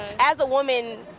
as a woman,